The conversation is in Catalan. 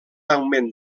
augment